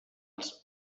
els